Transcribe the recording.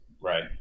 right